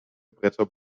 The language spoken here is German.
bretter